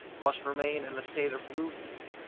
must remain in a state of rudeness,